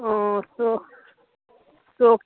ও তো তো